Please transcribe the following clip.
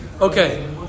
Okay